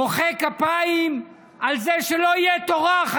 מוחא כפיים על זה שלא תהיה תורה,